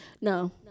No